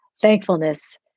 thankfulness